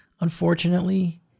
unfortunately